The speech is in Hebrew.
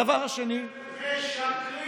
הדבר השני, למה אתה לא אומר: משקרים.